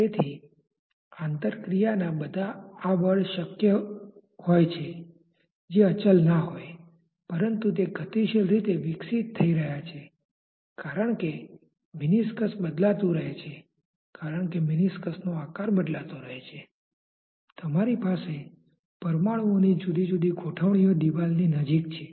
તેથી આંતરક્રિયાના બધા બળ હોવા શક્ય છે જે અચલ ના હોય પરંતુ તે ગતિશીલ રીતે વિકસિત થઈ રહ્યાં છે કારણ કે મેનિસ્કસ બદલાતું રહે છે કારણ કે મેનિસ્કસનો આકાર બદલાતો રહે છે તમારી પાસે પરમાણુઓની જુદી જુદી ગોઠવણીઓ દિવાલ ની નજીક છે